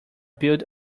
built